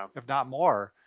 ah if not more.